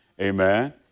amen